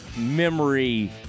memory –